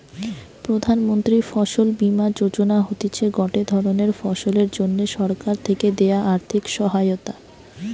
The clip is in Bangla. প্রধান মন্ত্রী ফসল বীমা যোজনা হতিছে গটে ধরণের ফসলের জন্যে সরকার থেকে দেয়া আর্থিক সহায়তা